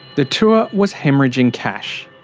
the tour was haemorrhaging cash.